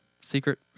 secret